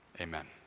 Amen